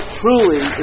truly